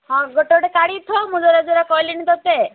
ହଁ ଗୋଟେ ଗୋଟେ କଢ଼ିକି ଥୋ ମୁଁ ଯୋରା ଯୋରା କହିଲିନି ତତେ